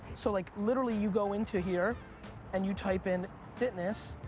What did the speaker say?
so like literally you go into here and you type in fitness,